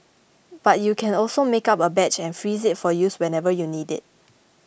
but you can also make up a batch and freeze it for use whenever you need it